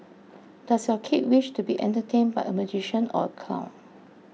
does your kid wish to be entertained by a magician or a clown